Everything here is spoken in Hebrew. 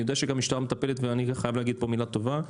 אני יודע שגם המשטרה מטפלת ואני חייב להגיד פה מילה טובה.